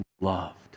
loved